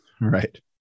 Right